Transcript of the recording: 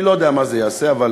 אני לא יודע מה זה יעשה, אבל